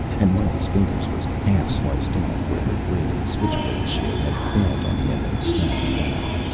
and one of his fingers was half sliced off where the blade of a switch-blade shiv had failed on him and snapped back.